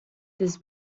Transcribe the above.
this